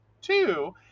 two